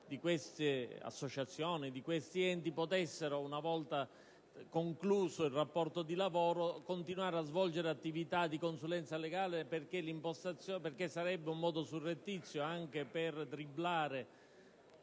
di queste associazioni ed enti possano, una volta concluso il rapporto di lavoro, continuare a svolgere attività di consulenza legale, perché sarebbe un modo surrettizio anche per dribblare